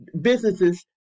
businesses